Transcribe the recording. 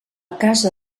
casa